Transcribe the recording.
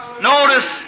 Notice